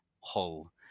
Hull